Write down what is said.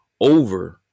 over